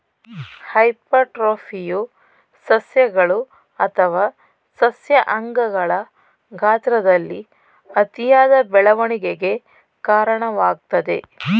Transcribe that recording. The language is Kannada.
ಹೈಪರ್ಟ್ರೋಫಿಯು ಸಸ್ಯಗಳು ಅಥವಾ ಸಸ್ಯ ಅಂಗಗಳ ಗಾತ್ರದಲ್ಲಿ ಅತಿಯಾದ ಬೆಳವಣಿಗೆಗೆ ಕಾರಣವಾಗ್ತದೆ